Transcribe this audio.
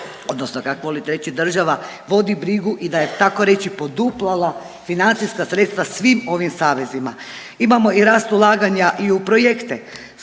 odnosno kako volite reći država vodi brigu i da je tako reći poduplala financijska sredstva svim ovim savezima. Imamo i rast ulaganja i u projekte.